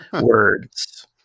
words